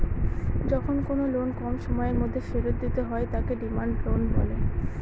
যখন কোনো লোন কম সময়ের মধ্যে ফেরত দিতে হয় তাকে ডিমান্ড লোন বলে